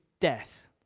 death